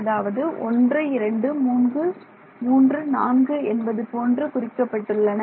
அதாவது 1 2 3 4 என்பது போன்று குறிக்கப்பட்டுள்ளன